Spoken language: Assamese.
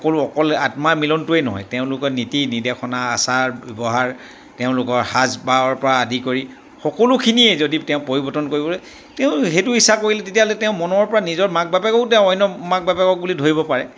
সকলো অকল আত্মাৰ মিলনটোৱেই নহয় তেওঁলোকে নীতি নিৰ্দেশনা আচাৰ ব্যৱহাৰ তেওঁলোকৰ সাজ পাৰৰ পৰা আদি কৰি সকলোখিনিয়ে যদি তেওঁ পৰিৱৰ্তন কৰিবলৈ তেওঁ সেইটো ইচ্ছা কৰিলে তেতিয়াহ'লে তেওঁ মনৰ পৰা নিজৰ মাক বাপেকো তেওঁ অন্য মাক বাপেকক বুলি ধৰিব পাৰে